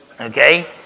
Okay